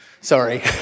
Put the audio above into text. sorry